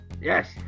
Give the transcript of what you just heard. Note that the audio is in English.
Yes